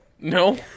No